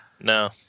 No